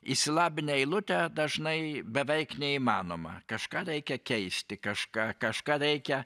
į silabinę eilutę dažnai beveik neįmanoma kažką reikia keisti kažką kažką reikia